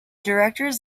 directors